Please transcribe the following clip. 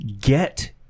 get